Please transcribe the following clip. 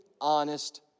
honest